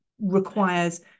requires